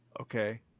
okay